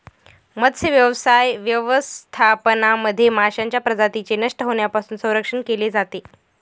मत्स्यव्यवसाय व्यवस्थापनामध्ये माशांच्या प्रजातींचे नष्ट होण्यापासून संरक्षण केले जाते